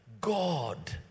God